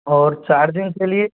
और चार्जिंग के लिए